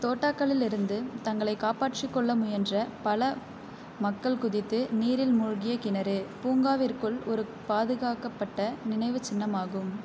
தோட்டாக்களில் இருந்து தங்களைக் காப்பாற்றிக் கொள்ள முயன்ற பல மக்கள் குதித்து நீரில் மூழ்கிய கிணறு பூங்காவிற்குள் ஒரு பாதுகாக்கப்பட்ட நினைவுச் சின்னமாகும்